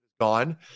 gone